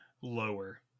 Lower